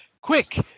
Quick